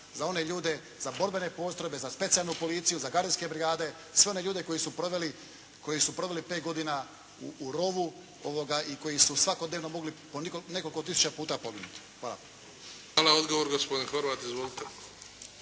za one ljude, za borbene postrojbe, za specijalnu policiju, za gardijske brigade, sve one ljude koji su proveli pet godina u rovu, i koji su svakodnevno mogli po nekoliko tisuća puta poginuti. Hvala. **Bebić, Luka (HDZ)** Hvala. Odgovor gospodin Horvat. Izvolite!